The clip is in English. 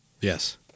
Yes